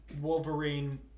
Wolverine